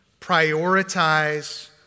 Prioritize